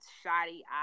shoddy